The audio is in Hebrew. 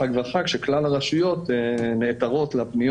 הגדולים שהיו בימי החג ולקראת ראש השנה בכל הנוגע לבדיקות